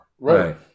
Right